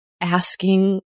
asking